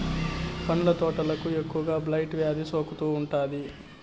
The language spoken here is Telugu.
పండ్ల తోటలకు ఎక్కువగా బ్లైట్ వ్యాధి సోకుతూ ఉంటాది